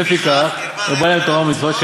לפיכך הרבה להם תורה ומצוות,